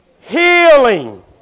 Healing